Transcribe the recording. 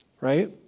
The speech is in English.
right